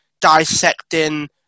dissecting